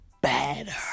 better